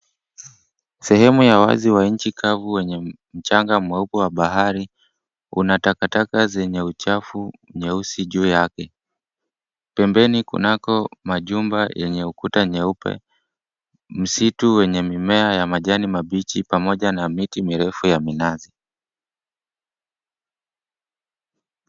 Sehemu ya wazi wa nchi kavu wenye mchanga mweupe wa bahari una takataka zenye uchafu nyeusi juu yake. Pembeni kunako majumba yenye ukuta nyeupe, msitu wenye mimea ya majani mabichi, pamoja na miti mirefu ya minazi.